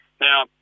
Now